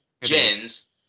gens